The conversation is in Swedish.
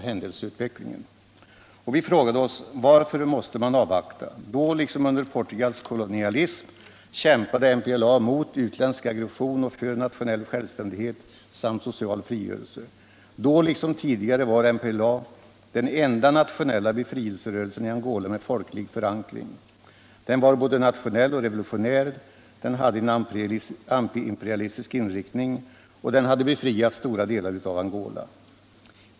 Då, liksom under Portugals kolonialism, kämpade MPLA mot utländsk aggression och för nationell självständighet samt social frigörelse. Då liksom tidigare var MPLA den enda nationella befriclserörelsen i Angola med folklig förankring. Den var både nationell och revolutionär, den hade en antiimperialistisk inriktning och den hade befriat stora delar av Angola.